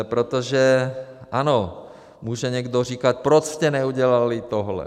Protože ano, může někdo říkat: Proč jste neudělali tohle?